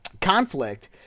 conflict